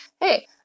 Hey